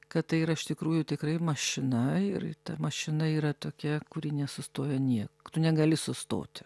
kad tai yra iš tikrųjų tikrai mašina ir ta mašina yra tokia kuri nesustoja nie tu negali sustoti